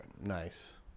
Nice